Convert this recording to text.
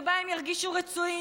שבו הם ירגישו רצויים,